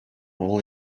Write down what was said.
all